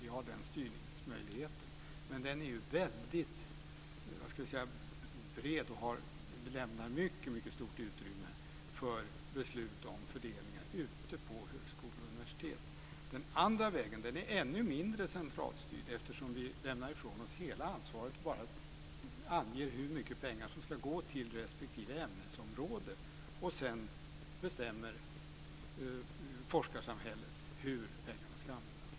Vi har den styrningsmöjligheten, men den är ju väldigt bred och den lämnar mycket stort utrymme för beslut om fördelningar ute på högskolor och universitet. Den andra vägen är ännu mindre centralstyrd, eftersom vi lämnar ifrån oss hela ansvaret, och bara anger hur mycket pengar som ska gå till respektive ämnesområde. Sedan bestämmer forskarsamhället hur pengarna ska användas.